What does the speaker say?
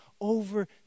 over